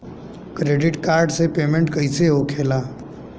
Credit card से payment कईसे होखेला?